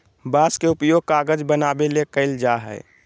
बांस के उपयोग कागज बनावे ले कइल जाय हइ